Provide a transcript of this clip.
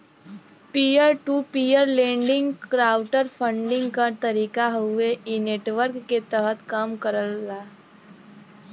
peer to peer lending crowd funding क तरीका हउवे इ नेटवर्क के तहत कम करला